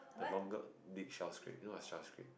the longer you know what's